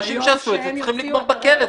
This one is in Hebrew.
אנשים שעשו את זה צריכים לגמור בכלא,